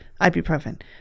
ibuprofen